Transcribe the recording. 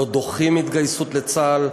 לא דוחים התגייסות לצה"ל,